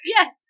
Yes